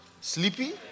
sleepy